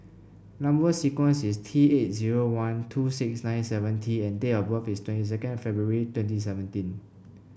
number sequence is T eight zero one two six nine seven T and date of birth is twenty second February twenty seventeen